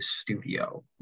studio